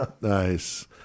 nice